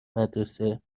مدرسه